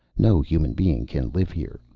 no human being can live here.